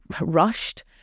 rushed